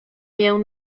mię